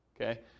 Okay